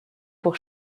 pour